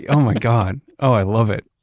yeah oh my god. oh, i love it.